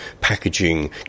packaging